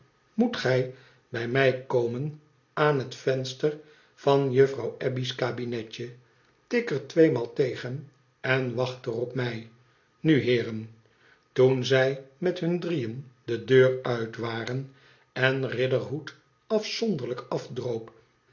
moet gij bij mij komen aan het venster van juffrouw abbey's kabinetje tik er tweemaal tegen en wacht er op mij nu heeren toen zij met hun drieën de deur uit waren en riderhood afzonderlijk afdroop